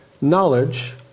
knowledge